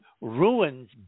ruins